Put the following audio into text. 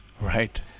Right